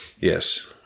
Yes